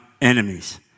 enemies